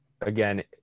Again